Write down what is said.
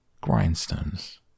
grindstones